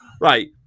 Right